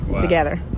together